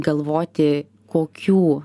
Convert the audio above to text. galvoti kokių